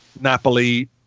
Napoli